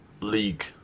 league